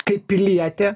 kaip pilietė